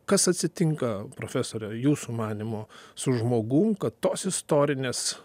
kas atsitinka profesore jūsų manymu su žmogum kad tos istorinės